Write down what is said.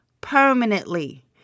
permanently